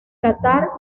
qatar